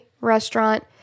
restaurant